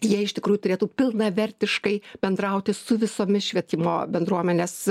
jie iš tikrųjų turėtų pilnavertiškai bendrauti su visomis švietimo bendruomenės